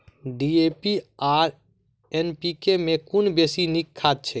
DAP आ NPK मे कुन बेसी नीक खाद छैक?